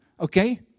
Okay